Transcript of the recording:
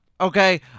okay